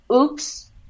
Oops